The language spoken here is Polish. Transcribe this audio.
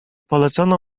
polecono